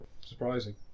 surprising